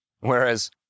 Whereas